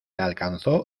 alcanzó